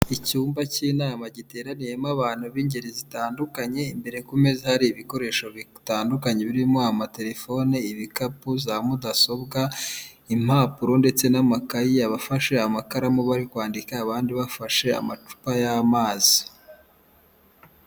Icyumba cy'inama giteraniyemo abantu b'ingeri zitandukanye, imbere ku meza hari ibikoresho bitandukanye birimo amatelefone, ibikapu, za mudasobwa, impapuro ndetse n'amakayi, abafashe amakaramu bari kwandika abandi bafashe amacupa y'amazi.